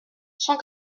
cent